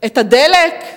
הדלק.